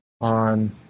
on